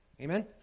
Amen